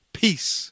peace